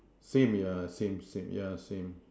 same yeah same same